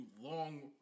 long